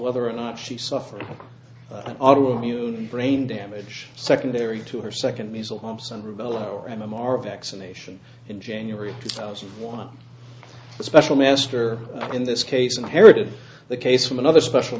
whether or not she suffered an odd of you brain damage secondary to her second measles mumps and rubella or m m r vaccination in january two thousand and one special master in this case inherited the case from another special